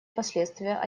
последствия